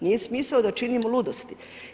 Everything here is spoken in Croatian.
Nije smisao da činimo ludosti.